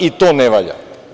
I to ne valja.